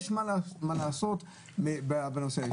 יש מה לעשות בנושא.